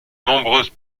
nombreuses